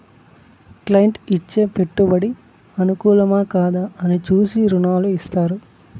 client ఇచ్చే పెట్టుబడి అనుకూలమా, కాదా అని చూసి రుణాలు ఇత్తారు